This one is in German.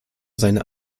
seine